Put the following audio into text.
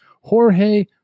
Jorge